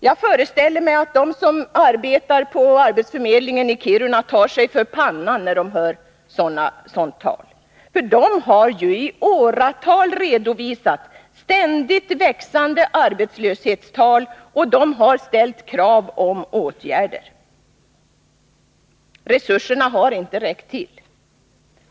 Jag föreställer mig att de som arbetar på arbetsförmedlingen i Kiruna tar sig för pannan när de hör sådant tal. För de har ju i åratal redovisat ständigt växande arbetslöshetstal, och de har ställt krav på åtgärder. Resurserna har inte räckt till.